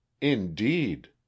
Indeed